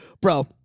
bro